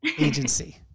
Agency